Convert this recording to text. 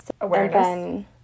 awareness